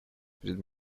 перед